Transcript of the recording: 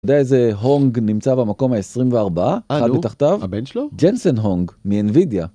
איזה הונג נמצא במקום ה-24, אחד מתחתיו, ג'נסן הונג מ-NVIDIA.